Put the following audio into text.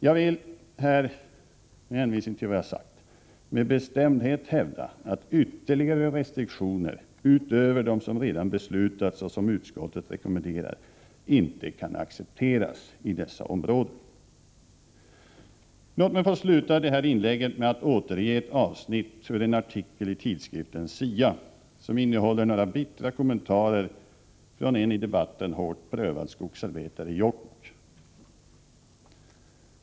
Jag vill med hänvisning till det sagda med bestämdhet hävda att ytterligare restriktioner utöver dem som redan beslutats och som utskottet rekommenderar inte kan accepteras i dessa områden. Låt mig få avsluta detta inlägg med att återge ett avsnitt ur en artikel i tidskriften SIA, som innehåller några bittra kommentarer från en i debatten hårt prövad skogsarbetare i Jokkmokk.